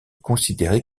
considérées